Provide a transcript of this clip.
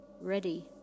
ready